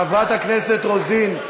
חברת הכנסת רוזין,